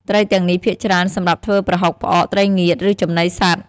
ត្រីទាំងនេះភាគច្រើនសម្រាប់ធ្វើប្រហុក ផ្អក ត្រីងៀត ឬចំណីសត្វ។